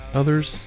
other's